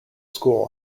school